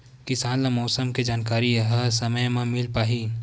किसान ल मौसम के जानकारी ह समय म मिल पाही?